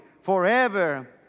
forever